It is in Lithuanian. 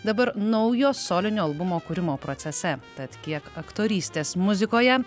dabar naujo solinio albumo kūrimo procese tad kiek aktorystės muzikoje